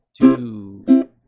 two